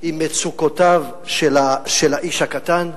עם מצוקותיו של האיש הקטן.